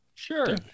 sure